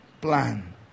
plan